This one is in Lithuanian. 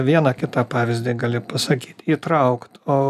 vieną kitą pavyzdį gali pasakyt įtraukt o